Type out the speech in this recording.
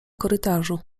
korytarzu